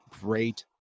great